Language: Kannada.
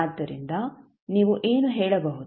ಆದ್ದರಿಂದ ನೀವು ಏನು ಹೇಳಬಹುದು